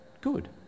good